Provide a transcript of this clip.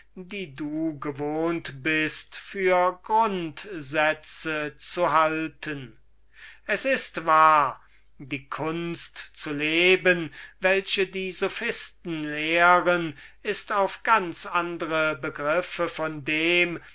die du gewohnt bist für grundsätze zu halten es ist wahr die kunst zu leben welche die sophisten lehren ist auf ganz andre begriffe von dem